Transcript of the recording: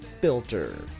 filter